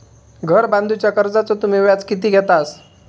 घर बांधूच्या कर्जाचो तुम्ही व्याज किती घेतास?